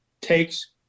Takes